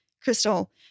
Crystal